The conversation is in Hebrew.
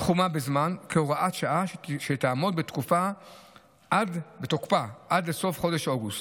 תחומה בזמן כהוראת שעה שתעמוד בתוקפה עד לסוף חודש אוגוסט.